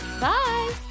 Bye